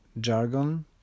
jargon